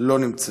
לא נמצאת,